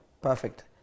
Perfect